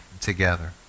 together